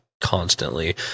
constantly